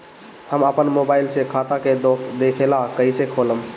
हम आपन मोबाइल से खाता के देखेला कइसे खोलम?